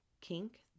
kink